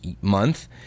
month